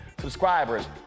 subscribers